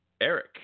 Eric